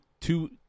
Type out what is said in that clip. Two